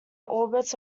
orbits